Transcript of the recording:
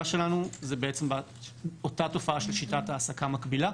שלנו היא באותה תופעה של שיטת העסקה מקבילה.